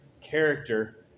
character